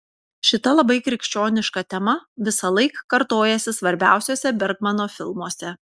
šita labai krikščioniška tema visąlaik kartojasi svarbiausiuose bergmano filmuose